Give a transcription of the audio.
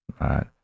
right